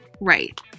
Right